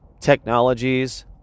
technologies